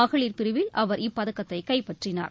மகளிர் பிரிவில் அவர் இப்பதக்கத்தை கைப்பற்றினார்